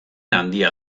handia